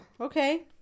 okay